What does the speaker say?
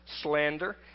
slander